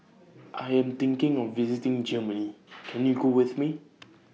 I Am thinking of visiting Germany Can YOU Go with Me